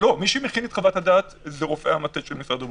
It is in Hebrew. מי שמכין את חוות הדעת אלו רופאי המטה של משרד הבריאות.